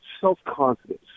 self-confidence